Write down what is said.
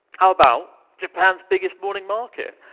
how about japan's biggest morning market,